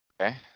Okay